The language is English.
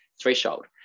threshold